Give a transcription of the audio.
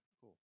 cool